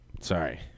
Sorry